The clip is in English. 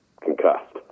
concussed